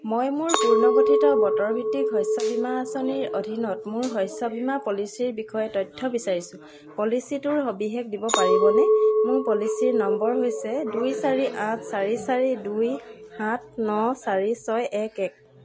মই মোৰ পুনৰ্গঠিত বতৰ ভিত্তিক শস্য বীমা আঁচনিৰ অধীনত মোৰ শস্য বীমা পলিচীৰ বিষয়ে তথ্য বিচাৰিছোঁ পলিচীটোৰ সবিশেষ দিব পাৰিবনে মোৰ পলিচী নম্বৰ হৈছে দুই চাৰি আঠ চাৰি চাৰি দুই সাত ন চাৰি ছয় এক এক